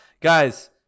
Guys